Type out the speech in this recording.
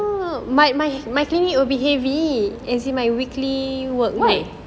why